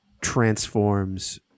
transforms